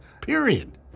Period